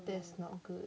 that's not good